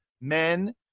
men